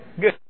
Good